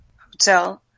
hotel